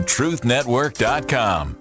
TruthNetwork.com